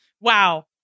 Wow